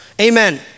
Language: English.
Amen